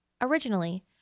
Originally